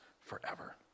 forever